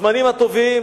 בזמנים הטובים,